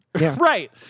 right